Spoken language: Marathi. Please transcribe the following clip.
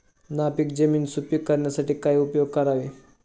नापीक जमीन सुपीक करण्यासाठी काय उपयोग करावे?